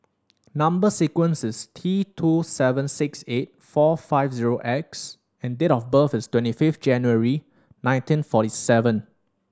number sequence is T two seven six eight four five zero X and date of birth is twenty fifth January nineteen forty seven